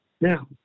Now